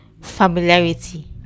familiarity